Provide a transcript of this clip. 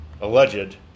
alleged